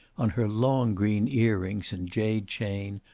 on her long green ear-rings and jade chain,